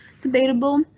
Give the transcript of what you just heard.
debatable